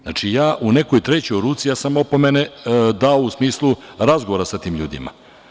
Znači, u nekoj trećoj ruci, ja sam opomene dao u smislu razgovora sa tim ljudima.